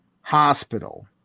hospital